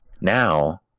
Now